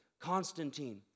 Constantine